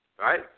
right